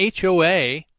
HOA